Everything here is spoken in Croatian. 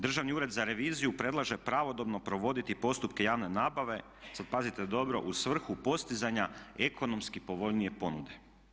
Državni ured za reviziju predlaže pravodobno provoditi postupke javne nabave, sad pazite dobro, u svrhu postizanja ekonomski povoljnije ponude.